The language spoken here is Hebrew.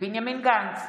בנימין גנץ,